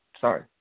Sorry